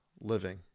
living